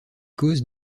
cause